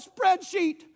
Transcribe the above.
spreadsheet